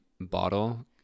bottle